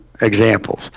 examples